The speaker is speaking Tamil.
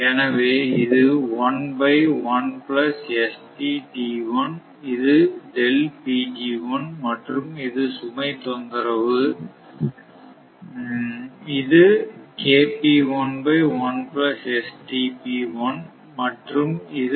எனவே இது இதுமற்றும் இது சுமை தொந்திரவு 1 இதுமற்றும் இது